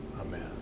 Amen